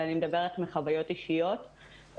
ואני מדברת מחוויות אישיות,